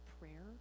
prayer